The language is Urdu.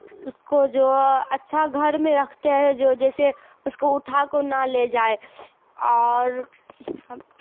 اس کو جو اچھا گھر میں رکھتے ہیں جو جیسے اس کو اٹھا کو نہ لے جائے اور